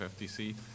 FTC